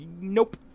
nope